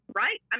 right